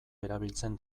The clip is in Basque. erabiltzen